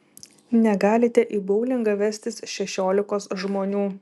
negalite į boulingą vestis šešiolikos žmonių